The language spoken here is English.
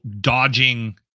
dodging